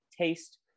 taste